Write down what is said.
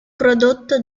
prodotto